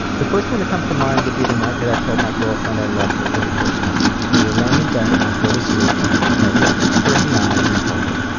the first one that comes to mind would be the night that i told my girlfriend i loved her for the first time. we were laying in bed about to go to sleep when i looked her in the eyes and told her.